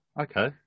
Okay